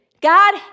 God